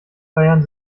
feiern